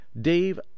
Dave